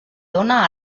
dóna